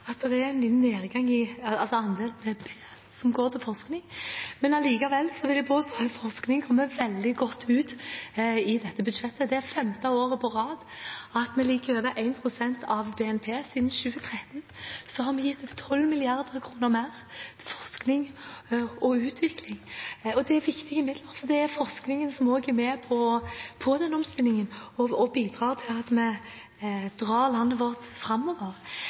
at det er en liten nedgang i andelen som går til forskning, men likevel vil jeg påstå at forskning kommer veldig godt ut i dette budsjettet. Det er femte året på rad at vi ligger over 1 pst. av BNP. Siden 2013 har vi gitt ut 12 mrd. kr mer til forskning og utvikling. Det er viktige midler, for forskningen er også med på den omstillingen og bidrar til at vi drar landet vårt framover.